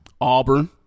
Auburn